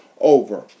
over